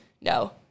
No